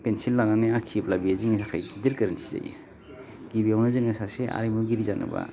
pencil लानानै आखियोब्ला बेयो जोंनि थाखाय गिदिर गोरोन्थि जायो गिबियावनो जोङो सासे आरिमुगिरि जानोब्ला